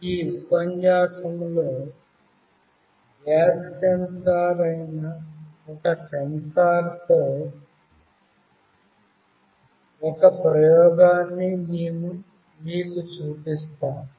ఈ ఉపన్యాసంలో gas sensor అయిన సెన్సార్తో ఒక ప్రయోగాన్ని మేము మీకు చూపిస్తాము